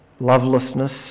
lovelessness